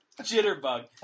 Jitterbug